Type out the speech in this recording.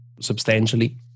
substantially